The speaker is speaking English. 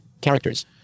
Characters